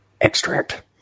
extract